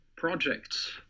projects